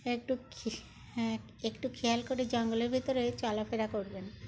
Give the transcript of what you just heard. একটু হ্যাঁ একটু খেয়াল করে জঙ্গলের ভিতরে চলা ফেরা করবেন